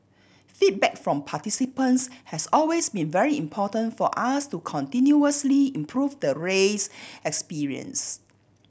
feedback from participants has always been very important for us to continuously improve the race experience